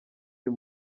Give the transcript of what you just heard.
uyu